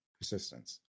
persistence